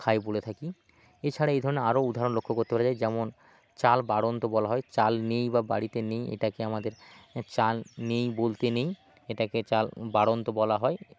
খায় বলে থাকি এছাড়া এই ধরনের আরও উদাহরণ লক্ষ্য করতে পারা যায় যেমন চাল বাড়ন্ত বলা হয় চাল নেই বা বাড়িতে নেই এটাকে আমাদের চাল নেই বলতে নেই এটাকে চাল বাড়ন্ত বলা হয়